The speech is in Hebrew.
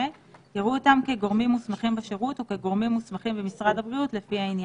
ילכו בסוף לבג"ץ.